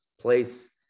place